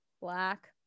black